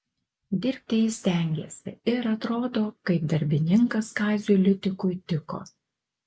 dirbti jis stengėsi ir atrodo kaip darbininkas kaziui liutikui tiko